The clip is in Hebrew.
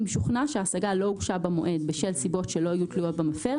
אם שוכנע שההשגה לא הוגשה במועד בשל סיבות שלא היו תלויות במפר